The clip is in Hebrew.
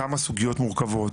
כמה סוגיות מורכבות,